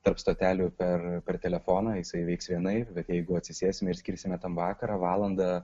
tarp stotelių per per telefoną jisai veiks vienaip bet jeigu atsisėsime ir skirsime tam vakarą valandą